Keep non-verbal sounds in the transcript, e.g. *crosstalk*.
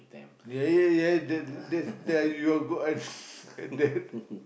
yeah yeah yeah that that that you all go at *laughs* at that